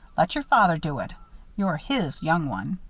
let your father do it your his young one.